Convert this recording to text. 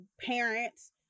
parents